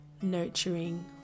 nurturing